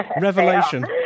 Revelation